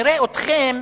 נראה אתכם,